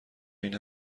این